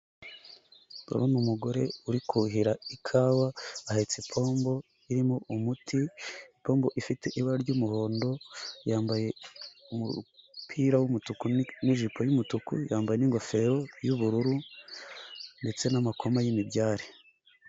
Ndabona umugore uri kuhira ikawa ahetse ipombo irimo umuti, ipombo ifite ibara ry'umuhondo, yambaye umupira w'umutuku n'ijipo y'umutuku, yambaye ingofero y'ubururu ndetse n'amakoma y'imibyare.